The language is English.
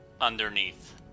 underneath